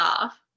off